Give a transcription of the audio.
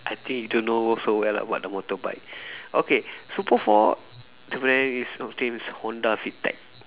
I think you don't know so well about the motorbike okay super four is Honda VTEC